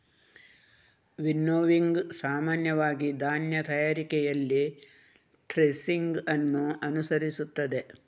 winnowing ಸಾಮಾನ್ಯವಾಗಿ ಧಾನ್ಯ ತಯಾರಿಕೆಯಲ್ಲಿ ಥ್ರೆಸಿಂಗ್ ಅನ್ನು ಅನುಸರಿಸುತ್ತದೆ